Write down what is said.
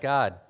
God